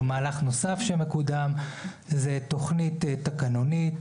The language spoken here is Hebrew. או מהלך נוסף שמקודם הוא תוכנית תקנונית